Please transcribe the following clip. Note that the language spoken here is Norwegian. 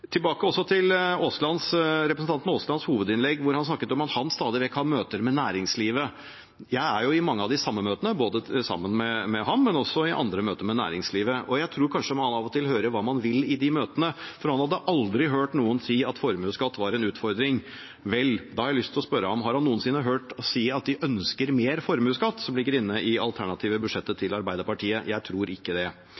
Tilbake til representanten Aaslands hovedinnlegg, der han snakket om at han stadig vekk har møter med næringslivet. Jeg er i mange av de samme møtene, sammen med ham, men også i andre møter med næringslivet. Jeg tror kanskje man av og til hører hva man vil høre i de møtene, for han hadde aldri hørt noen si at formuesskatt var en utfordring. Da har jeg lyst til å spørre ham: Har han noensinne hørt noen si at de ønsker mer formuesskatt? Det ligger jo inne i det alternative budsjettet